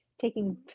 taking